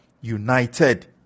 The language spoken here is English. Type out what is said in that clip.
United